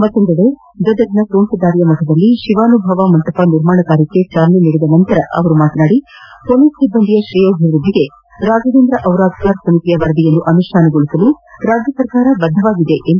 ಮತ್ತೊಂದೆಡೆ ಗದಗ್ನ ತೋಂಟದಾರ್ಯಮಠದಲ್ಲಿ ಶಿವಾನುಭವ ಮಂಟಪ ನಿರ್ಮಾಣ ಕಾರ್ಯಕ್ಕೆ ಚಾಲನೆ ನೀಡಿದ ನಂತರ ಮಾತನಾಡಿದ ಗೃಹ ಸಚಿವರು ಪೊಲೀಸ್ ಸಿಬ್ಬಂದಿಯ ಶ್ರೇಯೋಭಿವೃದ್ದಿಗೆ ರಾಘವೇಂದ್ರ ಔರಾದ್ಕರ್ ಸಮಿತಿಯ ವರದಿಯನ್ನು ಅನುಷ್ಠಾನಗೊಳಿಸಲು ರಾಜ್ಯ ಸರ್ಕಾರ ಬದ್ದವಾಗಿದೆ ಎಂದು ಸಚಿವ ಎಂ